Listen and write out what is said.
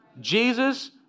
Jesus